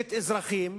הורגת אזרחים,